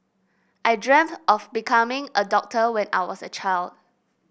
I dreamt of becoming a doctor when I was a child